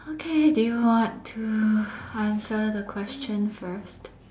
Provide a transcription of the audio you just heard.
okay do you want to answer the question first